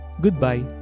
Goodbye